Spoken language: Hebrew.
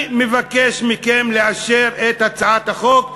אני מבקש מכם לאשר את הצעת החוק,